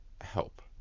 help